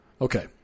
Okay